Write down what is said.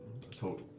total